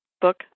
book